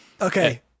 Okay